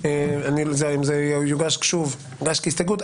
יוגש כהסתייגות.